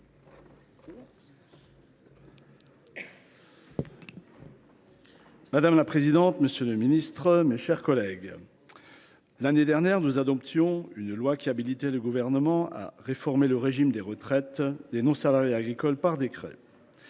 Madame la présidente, monsieur le ministre, mes chers collègues, l’année dernière, nous avons adopté une loi qui habilitait le Gouvernement à réformer le régime des retraites des non salariés agricoles par décret.